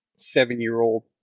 Seven-year-old